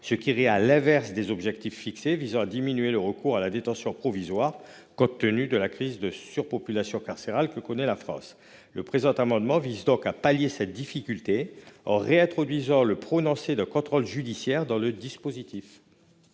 ce qui irait à l'encontre des objectifs fixés visant à diminuer le recours à la détention provisoire, compte tenu de la crise de surpopulation carcérale que connaît la France. Le présent amendement vise donc à pallier cette difficulté en réintroduisant le prononcé d'un contrôle judiciaire dans le dispositif.